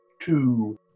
Two